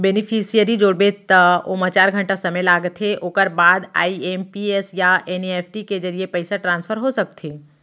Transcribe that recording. beneficiary जोड़बे त ओमा चार घंटा समे लागथे ओकर बाद आइ.एम.पी.एस या एन.इ.एफ.टी के जरिए पइसा ट्रांसफर हो सकथे